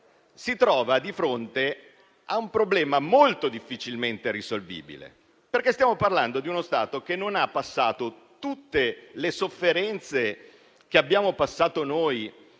si trova di fronte a un problema molto difficilmente risolvibile, perché stiamo parlando di uno Stato che non ha passato tutte le sofferenze (inutili dal mio punto di